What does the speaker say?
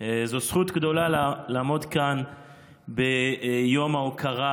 זו זכות גדולה לעמוד כאן ביום ההוקרה